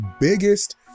biggest